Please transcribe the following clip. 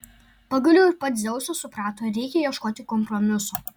pagaliau ir pats dzeusas suprato reikia ieškoti kompromiso